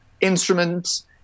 instruments